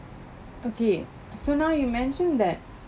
okay so now you mentioned that